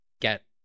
get